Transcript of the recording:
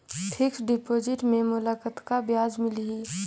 Fixed deposit मे मोला कतका ब्याज मिलही?